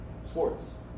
sports